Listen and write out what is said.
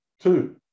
Two